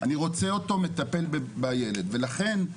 אני רוצה אותו מטפל בילד הזה.